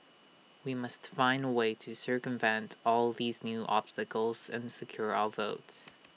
we must find A way to circumvent all these new obstacles and secure our votes